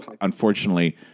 unfortunately